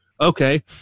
Okay